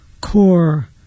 core